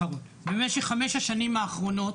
-- במשך חמש השנים אחרונות,